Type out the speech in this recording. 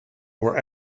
were